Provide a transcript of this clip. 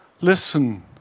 listen